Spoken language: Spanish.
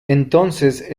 entonces